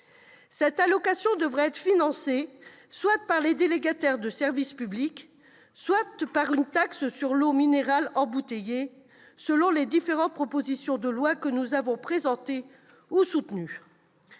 Cette allocation devrait être financée soit par les délégataires de service public, soit par une taxe sur l'eau minérale embouteillée, selon les différentes propositions de loi que nous avons présentées ou soutenues.